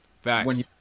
facts